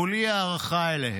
כולי הערכה אליהם.